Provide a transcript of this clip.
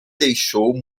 deixou